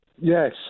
Yes